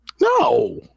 No